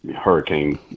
hurricane